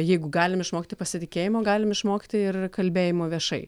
jeigu galim išmokti pasitikėjimo galim išmokti ir kalbėjimo viešai